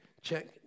check